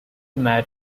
married